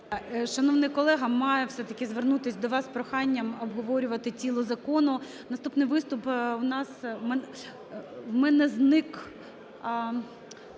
Шановний колего, маю все-таки звернутись до вас з проханням обговорювати тіло закону. Наступний виступ у нас, в мене зник…